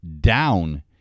down